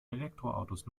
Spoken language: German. elektroautos